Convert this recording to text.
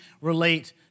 relate